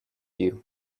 you